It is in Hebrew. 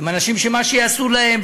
הם אנשים שמה שיעשו להם,